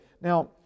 Now